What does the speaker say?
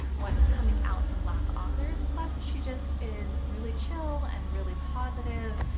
what's coming out from black authors. plus she just is really chill and really positive.